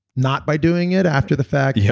not by doing it after the fact, yeah